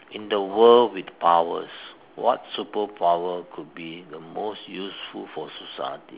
in the world with powers what superpower could be the most useful for society